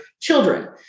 children